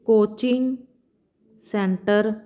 coaching centre